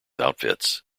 outfits